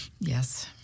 Yes